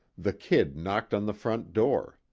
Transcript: the kid knocked on the front door.